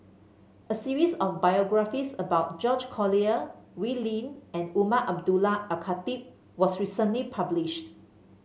a series of biographies about George Collyer Wee Lin and Umar Abdullah Al Khatib was recently published